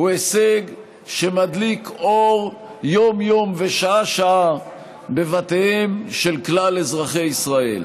הוא הישג שמדליק אור יום-יום ושעה-שעה בבתיהם של כלל אזרחי ישראל.